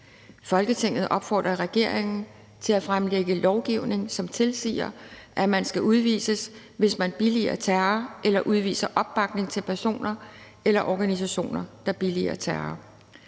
Folketinget opfordrer regeringen til at fremlægge lovgivning, som tilsiger, at man skal udvises, hvis man billiger terror eller udviser opbakning til personer eller organisationer, der billiger terror.